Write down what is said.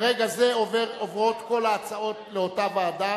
ברגע זה עוברות כל ההצעות לאותה ועדה,